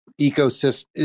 ecosystem